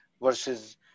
versus